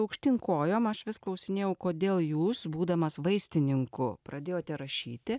aukštyn kojom aš vis klausinėjau kodėl jūs būdamas vaistininku pradėjote rašyti